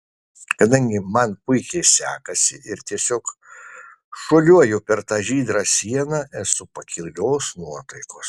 kadangi man puikiai sekasi ir tiesiog šuoliuoju per tą žydrą sieną esu pakilios nuotaikos